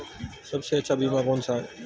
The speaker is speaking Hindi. सबसे अच्छा बीमा कौनसा है?